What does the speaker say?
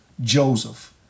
Joseph